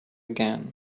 again